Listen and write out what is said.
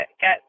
get